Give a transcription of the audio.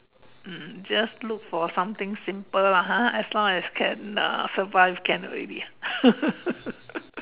mm just look for something simple lah ha as long as can uh survive can already